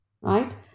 right